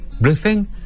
breathing